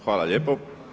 Hvala lijepo.